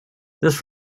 this